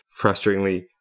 frustratingly